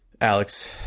Alex